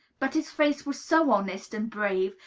but his face was so honest, and brave,